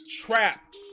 trap